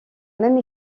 même